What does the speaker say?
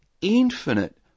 infinite